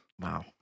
Wow